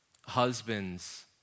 Husbands